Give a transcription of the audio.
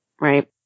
right